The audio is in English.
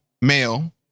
male